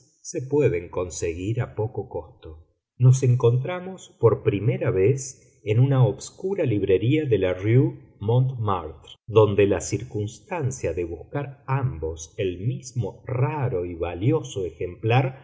se pueden conseguir a poco costo nos encontramos por primera vez en una obscura librería de la rue montmartre donde la circunstancia de buscar ambos el mismo raro y valioso ejemplar